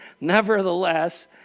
nevertheless